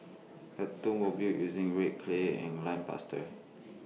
the tombs were built using red clay and lime plaster